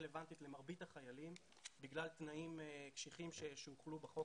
רלוונטית למרבית החיילים בגלל תנאים קשיחים שהוחלו בחוק